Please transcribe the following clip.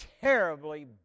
terribly